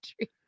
tree